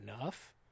enough